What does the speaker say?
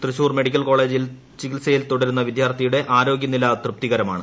Thrissur medical കോളേജിൽ ചികിത്സയിൽ തുടരുന്ന വിദ്യാർത്ഥിയുടെ ആരോഗ്യനില തൃപ്തികരമാണ്